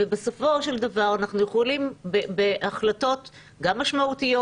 ובסופו של דבר אנחנו יכולים בהחלטות גם משמעותיות